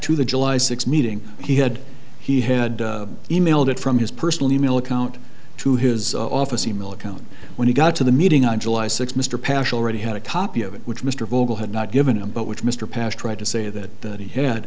to the july sixth meeting he had he had e mailed it from his personal e mail account to his office e mail account when he got to the meeting on july sixth mr paschal already had a copy of it which mr vogel had not given him but which mr pash tried to say that that he had